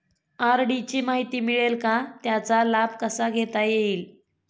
RD ची माहिती मिळेल का, त्याचा लाभ कसा घेता येईल?